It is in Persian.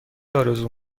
آرزو